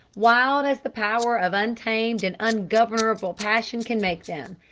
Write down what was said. wild as the power of untamed and ungovernable passion can make them,